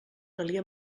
calia